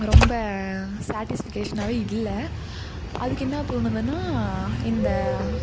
ரொம்ப சேட்டிஸ்ஃபிகேஷனாகவே இல்லை அதுக்கு என்ன தோணுதுன்னா இந்த